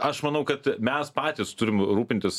aš manau kad mes patys turim rūpintis